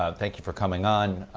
um thank you for coming on.